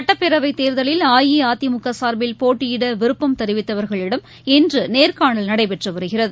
சட்டப்பேரவைத் தேர்தலில் அஇஅதிமுக சா்பில் போட்டியிட விருப்பம் தெரிவித்தவர்களிடம் இன்று நேர்காணல் நடைபெற்று வருகிறது